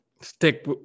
stick